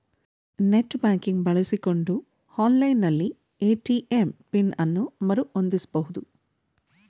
net banking ಬಳಸಿಕೊಂಡು online ನಲ್ಲಿ ATM PIN ಅನ್ನು ಮರು ಹೊಂದಿಸಬಹುದು